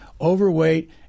overweight